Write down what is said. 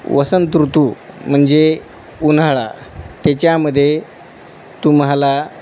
वसंत ऋतू म्हणजे उन्हाळा त्याच्यामध्ये तुम्हाला